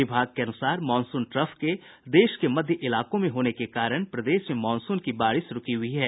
विभाग के अनुसार मॉनसून ट्रफ के देश के मध्य इलाकों में होने के कारण प्रदेश में मॉनसून की बारिश रूकी हुई है